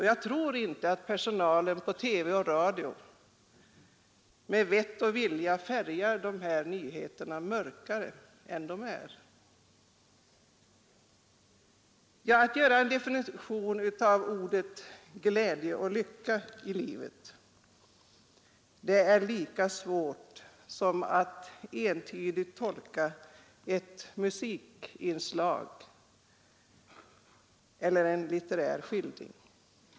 Jag tror inte att personalen på TV och radio med vett och vilja färgar nyheterna mörkare än de är. Att definiera glädje och lycka i livet är lika svårt som att entydigt tolka ett musikinslag eller en litterär skildring.